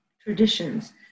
traditions